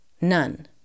none